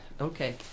okay